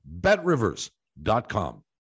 BetRivers.com